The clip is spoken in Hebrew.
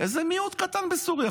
איזה מיעוט קטן בסוריה,